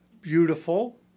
Beautiful